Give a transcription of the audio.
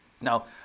Now